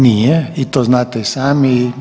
Nije i to znate i sami.